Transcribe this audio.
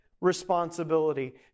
responsibility